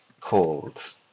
called